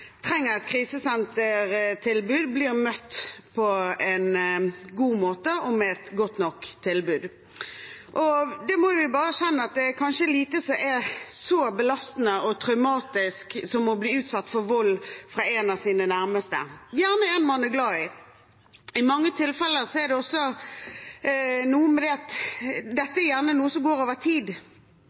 god måte og med et godt nok tilbud. Vi må bare erkjenne at det er kanskje lite som er så belastende og traumatisk som å bli utsatt for vold fra en av sine nærmeste, gjerne en man er glad i. I mange tilfeller er dette noe som går over tid. Det er